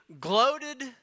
gloated